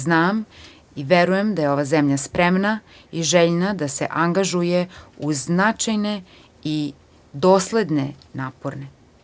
Znam i verujem da je ova zemlja spremna i željna da se angažuje uz značajne i dosledne napore.